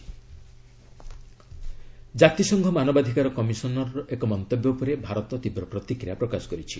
India UN ଜାତିସଂଘ ମାନବାଧିକାର commissioner ଏକ ମନ୍ତବ୍ୟ ଉପରେ ଭାରତ ତୀବ୍ର ପ୍ରତିକ୍ରିୟା ପ୍ରକାଶ କରିଛି